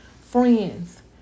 Friends